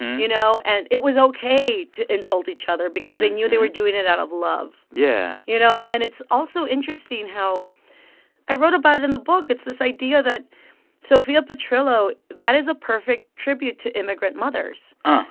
you know? and it was ok to insult each other because they knew they were doing it out of love. yeah. you know? and it's also interesting how i wrote about it in the book. it's this idea that sophia petrillo, that is a perfect tribute to immigrant mothers.